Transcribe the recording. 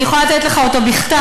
אני יכולה לתת לך אותו בכתב,